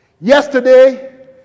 Yesterday